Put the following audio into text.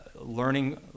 learning